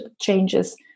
changes